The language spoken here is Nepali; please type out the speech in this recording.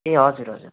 ए हजुर हजुर